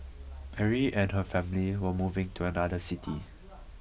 Mary and her family were moving to another city